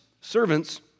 servants